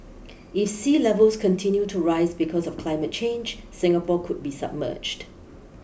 if sea levels continue to rise because of climate change Singapore could be submerged